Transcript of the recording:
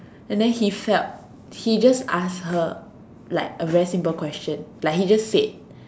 and then he felt he just asked a her like a very simple question like he just said